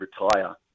retire